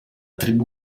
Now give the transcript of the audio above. tribù